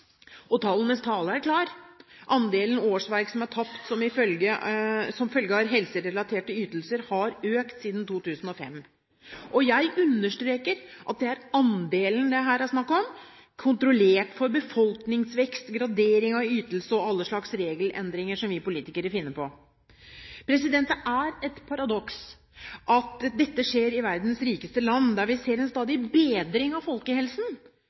Og tallenes tale er klar: Andelen årsverk som er tapt som følge av helserelaterte ytelser, har økt siden 2005. Jeg understreker at det er andelen det her er snakk om – kontrollert for befolkningsvekst, gradering av ytelse og alle slags regelendringer som vi politikere finner på. Det er et paradoks at dette skjer i verdens rikeste land, der vi ser en stadig bedring av folkehelsen,